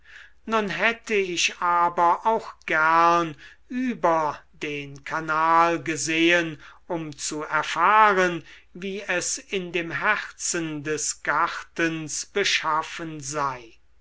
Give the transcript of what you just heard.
nun hätte ich aber auch gern über den kanal gesehen um zu erfahren wie es in dem herzen des gartens beschaffen sei